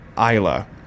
Isla